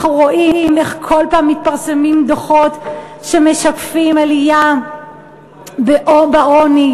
מתפרסמים דוחות שמשקפים עלייה בעוני,